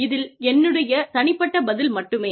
இது என்னுடைய தனிப்பட்ட பதில் மட்டுமே